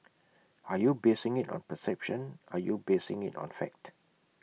are you basing IT on perception are you basing IT on fact